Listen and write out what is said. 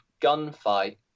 gunfight